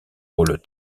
rôle